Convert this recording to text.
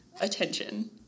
attention